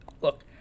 look